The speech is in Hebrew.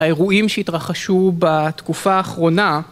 האירועים שהתרחשו בתקופה האחרונה